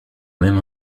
même